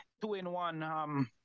two-in-one